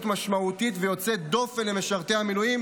משמעותית ויוצאת דופן למשרתים במילואים,